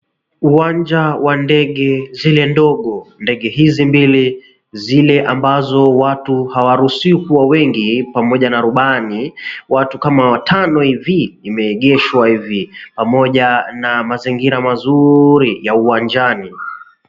Uwanja wa ndege zile ndogo, ndege hizi mbili ni zile ambazo watu hawaruhusiwi kuwa wengi pamoja na rubani, watu kama watano hivi imeegeshwa hivi pamoja na mazingira mazuri ya uwanjani.